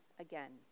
again